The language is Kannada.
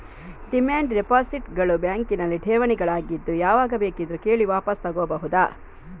ಡಿಮ್ಯಾಂಡ್ ಡೆಪಾಸಿಟ್ ಗಳು ಬ್ಯಾಂಕಿನಲ್ಲಿ ಠೇವಣಿಗಳಾಗಿದ್ದು ಯಾವಾಗ ಬೇಕಿದ್ರೂ ಕೇಳಿ ವಾಪಸು ತಗೋಬಹುದು